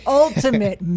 ultimate